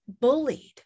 bullied